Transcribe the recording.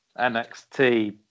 NXT